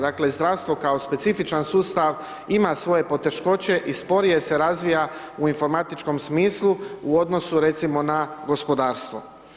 Dakle zdravstvo kao specifičan sustav ima svoje poteškoće i sporije se razvija u informatičkom smislu u odnosu recimo na gospodarstvo.